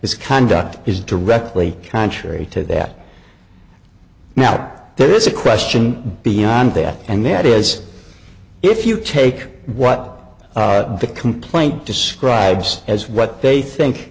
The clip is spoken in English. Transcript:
his conduct is directly contrary to that now there is a question beyond that and that is if you take what the complaint describes as what they think